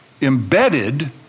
embedded